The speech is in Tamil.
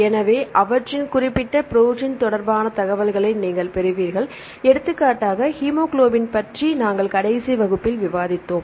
எனவே அவற்றின் குறிப்பிட்ட ப்ரோடீன் தொடர்பான தகவல்களை நீங்கள் பெறுவீர்கள் எடுத்துக்காட்டாக ஹீமோகுளோபின் பற்றி நாங்கள் கடைசி வகுப்பில் விவாதித்தோம்